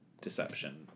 deception